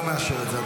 אני לא מאשר את זה.